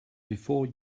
before